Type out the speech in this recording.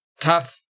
tough